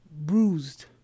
bruised